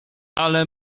ale